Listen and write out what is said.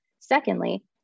secondly